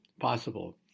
possible